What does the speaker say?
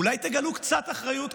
אולי תגלו קצת אחריות,